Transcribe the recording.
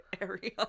area